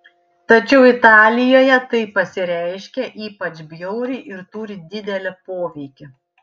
tačiau italijoje tai pasireiškia ypač bjauriai ir turi didelį poveikį